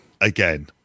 Again